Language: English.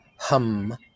hum